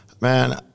Man